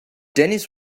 dennis